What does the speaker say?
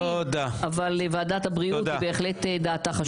אבל ועדת הבריאות בהחלט דעתה חשובה.